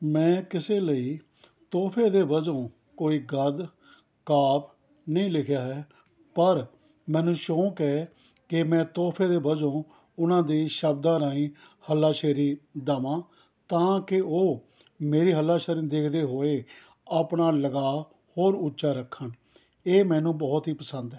ਮੈਂ ਕਿਸੇ ਲਈ ਤੋਹਫ਼ੇ ਦੇ ਵਜੋਂ ਕੋਈ ਗਦ ਕਾਵਿ ਨਹੀਂ ਲਿਖਿਆ ਹੈ ਪਰ ਮੈਨੂੰ ਸ਼ੌਕ ਹੈ ਕਿ ਮੈਂ ਤੋਹਫ਼ੇ ਦੇ ਵਜੋਂ ਉਹਨਾਂ ਦੀ ਸ਼ਬਦਾਂ ਰਾਹੀਂ ਹੱਲਾ ਸ਼ੇਰੀ ਦੇਵਾਂ ਤਾਂਕਿ ਉਹ ਮੇਰੀ ਹੱਲਾ ਸ਼ੇਰੀ ਦੇਖਦੇ ਹੋਏ ਆਪਣਾ ਲਗਾਅ ਹੋਰ ਉੱਚਾ ਰੱਖਣ ਇਹ ਮੈਨੂੰ ਬਹੁਤ ਹੀ ਪਸੰਦ ਹੈ